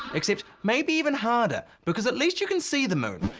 except maybe even harder because at least you can see the moon.